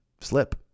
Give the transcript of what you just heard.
Slip